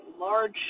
large